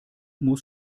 muss